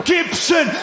Gibson